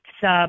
sub